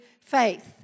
faith